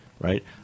right